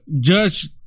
Judge